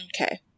Okay